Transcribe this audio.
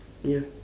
ya